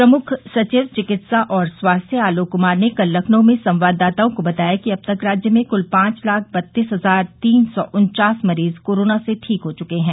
प्रमुख सचिव चिकित्सा और स्वास्थ्य आलोक कुमार ने कल लखनऊ में संवाददाताओं को बताया कि अब तक राज्य में कुल पांच लाख बत्तीस हजार तीन सौ उन्चास मरीज कोरोना से ठीक हो चुके हैं